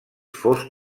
fos